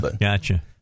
gotcha